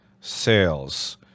sales